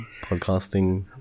podcasting